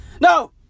no